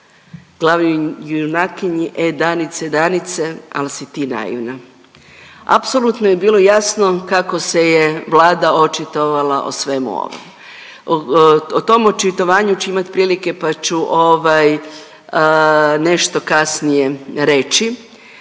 glavnoj junakinji „E Danice, Danice, al si ti naivna“. Apsolutno je bilo jasno kako se je Vlada očitovala o svemu ovom. O tom očitovanju ću imat prilike, pa ću ovaj nešto kasnije reći,